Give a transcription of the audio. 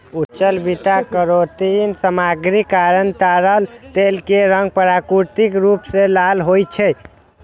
उच्च beta carotene सामग्रीक कारण ताड़क तेल के रंग प्राकृतिक रूप सं लाल होइ छै